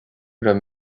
raibh